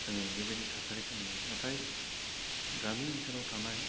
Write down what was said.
जोङो बेबायदि थासारिखौ नुयो नाथाय गामि ओनसोलाव थानाय